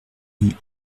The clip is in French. rue